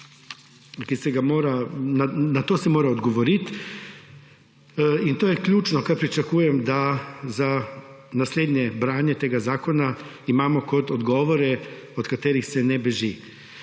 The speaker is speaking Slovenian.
na to se mora odgovoriti. In to je ključno, kar pričakujem, da za naslednje branje tega zakona imamo kot odgovore, od katerih se ne beži.